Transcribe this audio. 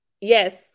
Yes